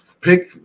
pick